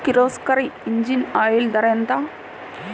Kirloskar engine oil ధర ఎంత?